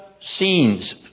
scenes